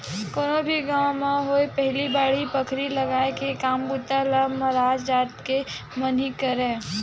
कोनो भी गाँव म होवय पहिली बाड़ी बखरी लगाय के काम बूता ल मरार जात के मन ही करय